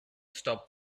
stop